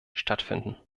stattfinden